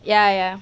ya ya